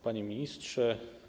Panie Ministrze!